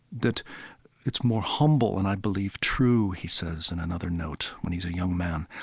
that it's more humble and i believe true, he says in another note when he's a young man,